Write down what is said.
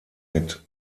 mit